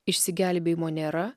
išsigelbėjimo nėra